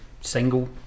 single